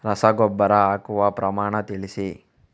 ರಸಗೊಬ್ಬರ ಹಾಕುವ ಪ್ರಮಾಣ ತಿಳಿಸಿ